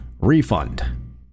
refund